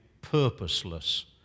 purposeless